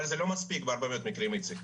אבל זה לא מספיק בהרבה מקרים, איציק.